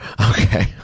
Okay